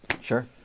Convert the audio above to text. Sure